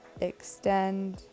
Extend